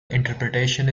interpretation